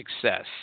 Success